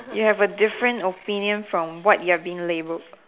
you have a different opinion from what you're being labelled